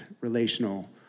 relational